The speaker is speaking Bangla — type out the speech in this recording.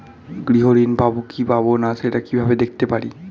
গৃহ ঋণ পাবো কি পাবো না সেটা কিভাবে দেখতে পারি?